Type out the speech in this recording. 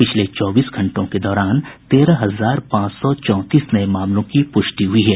पिछले चौबीस घंटों के दौरान तेरह हजार पांच सौ चौंतीस नए मामलों की पुष्टि हुई है